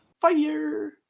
fire